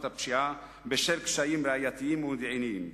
הפשיעה בשל קשיים ראייתיים ומודיעיניים.